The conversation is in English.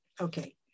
Okay